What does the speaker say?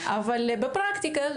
אבל בפרקטיקה,